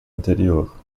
interior